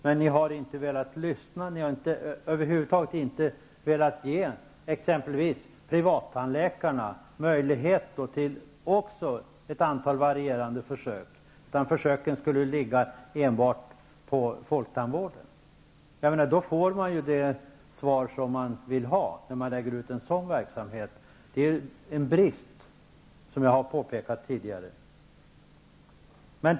Men ni har inte velat lyssna, ni har över huvud taget inte velat ge exempelvis privattandläkare möjlighet till ett antal varierande försök. Försöken skulle i stället ligga enbart hos folktandvården. Men då får man de svar som man vill ha. Det är en brist som jag påpekat tidigare.